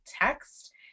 text